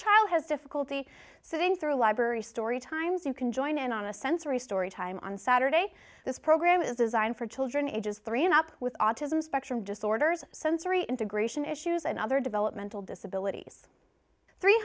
child has difficulty sitting through library story times you can join in on a sensory story time on saturday this program is designed for children ages three and up with autism spectrum disorders sensory integration issues and other developmental disabilities three